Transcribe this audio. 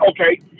okay